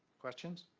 questions?